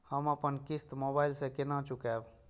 हम अपन किस्त मोबाइल से केना चूकेब?